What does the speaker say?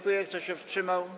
Kto się wstrzymał?